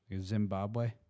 Zimbabwe